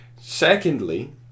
Secondly